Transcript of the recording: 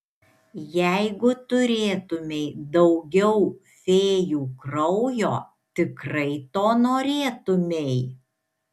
jeigu turėtumei daugiau fėjų kraujo tikrai to norėtumei